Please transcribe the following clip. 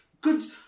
good